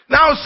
Now